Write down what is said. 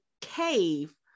cave